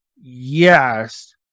yes